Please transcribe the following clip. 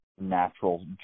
natural